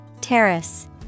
Terrace